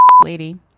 lady